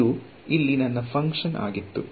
ಇದು ಇಲ್ಲಿ ನನ್ನ ಫಂಕ್ಷನ್ ಆಗಿತ್ತು